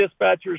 dispatchers